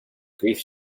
grief